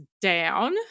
down